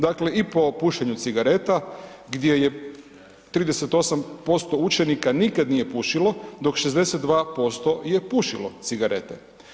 Dakle i po pušenju cigareta gdje je 38% učenika nikad nije pušilo, dok 62% je pušilo cigarete.